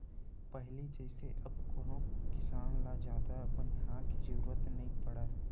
पहिली जइसे अब कोनो किसान ल जादा बनिहार के जरुरत नइ पड़य